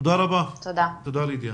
תודה, לידיה.